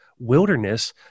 Wilderness